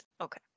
Okay